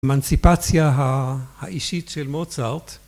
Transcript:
אמנסיפציה האישית של מוצרט